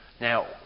Now